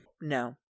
No